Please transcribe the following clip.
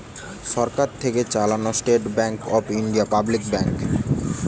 সরকার থেকে চালানো State Bank of India public bank